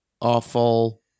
awful